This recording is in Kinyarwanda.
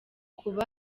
kuba